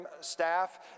staff